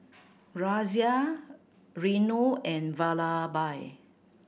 Razia Renu and Vallabhbhai